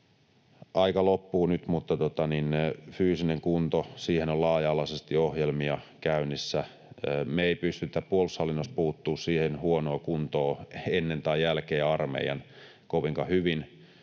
Aika loppuu nyt, mutta fyysinen kunto — siihen on laaja-alaisesti ohjelmia käynnissä. Me ei pystytä puolustushallinnossa puuttumaan siihen huonoon kuntoon, ennen tai jälkeen armeijan, kovinkaan hyvin.